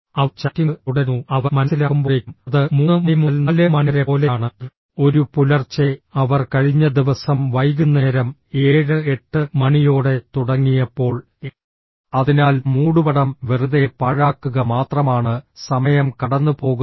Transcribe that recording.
അവർ chatting തുടരുന്നു അവർ മനസ്സിലാക്കുമ്പോഴേക്കും അത് മൂന്ന് മണി മുതൽ നാല് മണി വരെ പോലെയാണ് ഒരു പുലർച്ചെ അവർ കഴിഞ്ഞ ദിവസം വൈകുന്നേരം ഏഴ് എട്ട് മണിയോടെ തുടങ്ങിയപ്പോൾ അതിനാൽ മൂടുപടം വെറുതെ പാഴാക്കുക മാത്രമാണ് സമയം കടന്നുപോകുന്നത്